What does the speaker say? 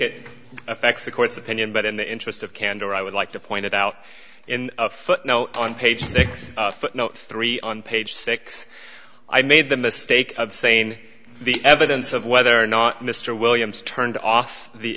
it affects the court's opinion but in the interest of candor i would like to point out in a footnote on page six footnote three on page six i made the mistake of saying the evidence of whether or not mr williams turned off the